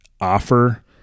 offer